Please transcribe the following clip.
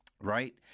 right